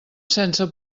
sense